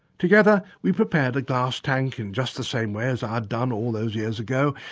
together we prepared a glass tank in just the same way as i had done all those years ago,